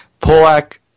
Polak